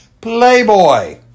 Playboy